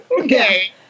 Okay